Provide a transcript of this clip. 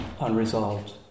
unresolved